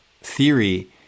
theory